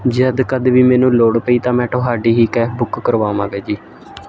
ਜਦ ਕਦੇ ਵੀ ਮੈਨੂੰ ਲੋੜ ਪਈ ਤਾਂ ਮੈਂ ਤੁਹਾਡੀ ਹੀ ਕੈਫ ਬੁੱਕ ਕਰਵਾਵਾਂਗਾ ਜੀ